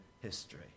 history